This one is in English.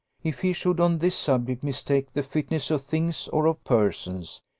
if he should, on this subject, mistake the fitness of things or of persons,